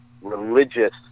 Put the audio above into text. religious